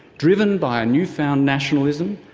driven by a new-found nationalism,